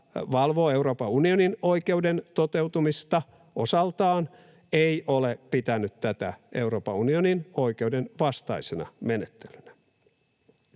valvoo Euroopan unionin oikeuden toteutumista osaltaan, ei ole pitänyt sitä Euroopan unionin oikeuden vastaisena menettelynä.